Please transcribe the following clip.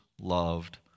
loved